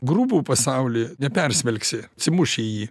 grubų pasaulį nepersmelksi atsimuši į jį